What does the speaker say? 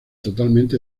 totalmente